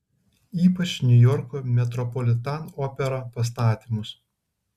ypač niujorko metropolitan opera pastatymus